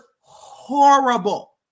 horrible